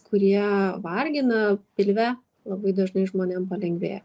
kurie vargina pilve labai dažnai žmonėm palengvėja